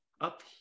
up